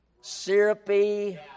syrupy